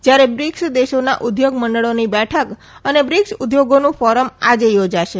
જ્યારે બ્રિક્સ દેશોના ઉદ્યોગ મંડળોની બેઠક અને બ્રિક્સ ઉદ્યોગોનું ફોરમ આજે યોજાશે